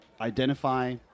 identify